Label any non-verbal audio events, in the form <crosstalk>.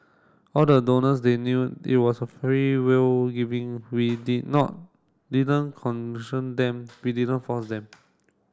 all the donors they knew it was a freewill giving we did not didn't <unintelligible> them we didn't force them